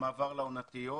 לעונתיות,